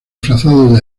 disfrazado